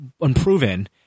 unproven